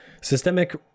systemic